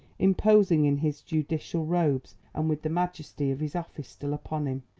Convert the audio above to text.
imposing in his judicial robes and with the majesty of his office still upon him,